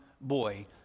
boy